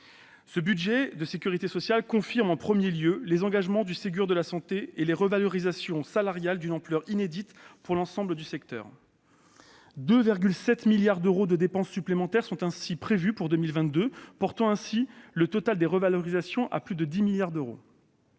Ce budget de la sécurité sociale confirme, en premier lieu, les engagements du Ségur de la santé en matière de revalorisations salariales, d'une ampleur inédite pour l'ensemble des secteurs. Ainsi, 2,7 milliards d'euros de dépenses supplémentaires sont prévus en 2022, portant le total des revalorisations à plus de 10 milliards d'euros.